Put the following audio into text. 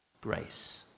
grace